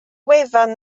wefan